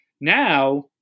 Now